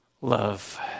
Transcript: love